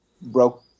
broke